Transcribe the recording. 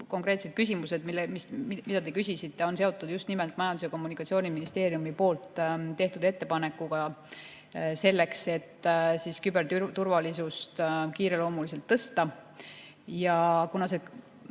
konkreetsed küsimused, mida te küsisite – [need kuluread] on seotud just nimelt Majandus- ja Kommunikatsiooniministeeriumi tehtud ettepanekuga selleks, et küberturvalisust kiireloomuliselt tõsta. Ja kuna see